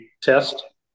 test